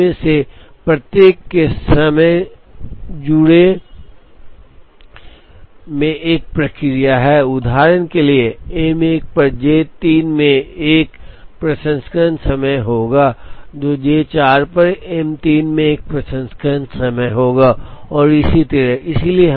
और इसमें से प्रत्येक के साथ जुड़े समय में एक प्रक्रिया है उदाहरण के लिए एम 1 पर जे 3 में एक प्रसंस्करण समय होगा जे 4 पर एम 3 में एक प्रसंस्करण समय होगा और इसी तरह